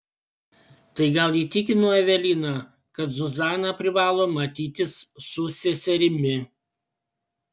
tai gal įtikino eveliną kad zuzana privalo matytis su seserimi